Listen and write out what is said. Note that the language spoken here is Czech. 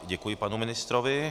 Děkuji panu ministrovi.